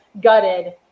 gutted